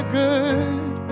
good